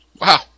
Wow